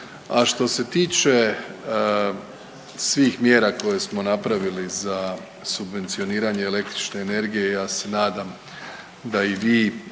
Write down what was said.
A što se tiče svih mjera koje smo napravili za subvencioniranje električne energije, ja se nadam da i vi,